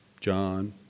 John